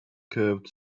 curved